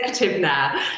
Now